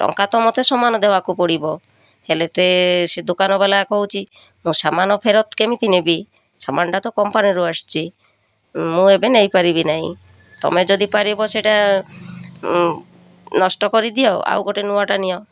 ଟଙ୍କା ତ ମୋତେ ସମାନ ଦେବାକୁ ପଡ଼ିବ ହେଲେ ତେ ସେ ଦୋକାନବାଲା କହୁଛି ମୁଁ ସାମାନ ଫେରତ କେମିତି ନେବି ସାମାନଟା ତ କମ୍ପାନୀରୁ ଆସିଛି ମୁଁ ଏବେ ନେଇପାରିବି ନାହିଁ ତମେ ଯଦି ପାରିବ ସେଇଟା ନଷ୍ଟ କରିଦିଅ ଆଉ ଗୋଟେ ନୂଆଟା ନିଅ